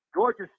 Georgia